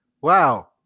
Wow